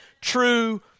true